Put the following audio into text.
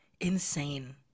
Insane